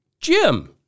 Jim